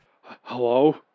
Hello